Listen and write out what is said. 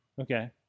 Okay